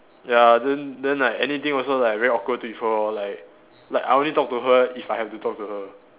ya then then like anything also like very awkward with her like like I only talk to her if I have to talk to her